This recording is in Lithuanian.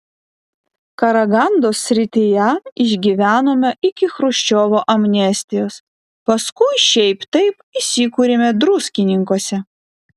karagandos srityje išgyvenome iki chruščiovo amnestijos paskui šiaip taip įsikūrėme druskininkuose